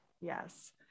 Yes